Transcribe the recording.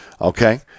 Okay